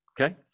Okay